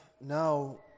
now